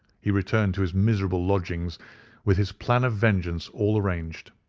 he returned to his miserable lodgings with his plan of vengeance all arranged.